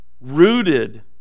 rooted